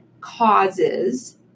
causes